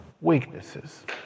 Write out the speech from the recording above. weaknesses